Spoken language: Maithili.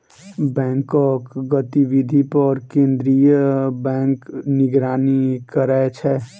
बैंकक गतिविधि पर केंद्रीय बैंक निगरानी करै छै